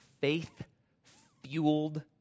faith-fueled